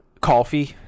coffee